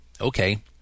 Okay